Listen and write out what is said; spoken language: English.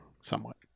Somewhat